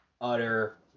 utter